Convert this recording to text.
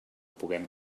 puguem